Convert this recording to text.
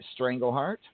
Strangleheart